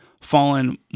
fallen